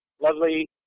lovely